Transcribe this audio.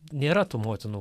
nėra tų motinų